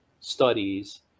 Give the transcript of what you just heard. studies